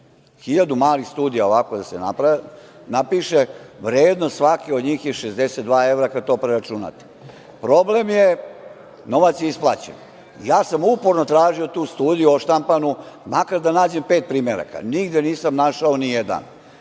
Hiljadu malih studija da se napiše, vrednost svake od njih je 62 evra, kada to preračunate. Problem je, novac je isplaćen i ja sam uporno tražio tu studiju odštampanu, makar da nađem pet primeraka. Nigde nisam našao nijedan,